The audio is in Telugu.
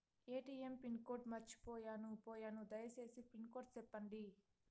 ఎ.టి.ఎం పిన్ కోడ్ మర్చిపోయాను పోయాను దయసేసి పిన్ కోడ్ సెప్పండి?